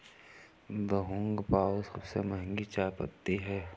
Da Hong पाओ सबसे महंगी चाय पत्ती है